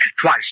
Twice